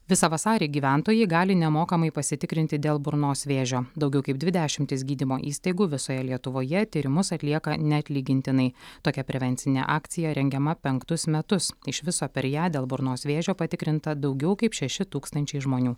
visą vasarį gyventojai gali nemokamai pasitikrinti dėl burnos vėžio daugiau kaip dvi dešimtis gydymo įstaigų visoje lietuvoje tyrimus atlieka neatlygintinai tokia prevencinė akcija rengiama penktus metus iš viso per ją dėl burnos vėžio patikrinta daugiau kaip šeši tūkstančiai žmonių